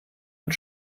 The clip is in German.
und